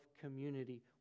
community